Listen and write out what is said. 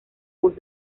voz